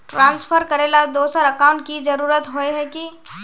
Transfer करेला दोसर account की जरुरत होय है की?